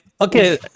Okay